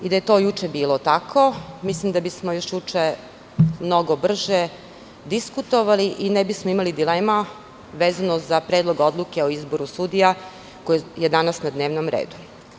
Da je to juče bilo tako, mislim da bismo još juče mnogo brže diskutovali, i ne bismo imali dilema, vezano za predlog odluke o izboru sudija koji je danas na dnevnom redu.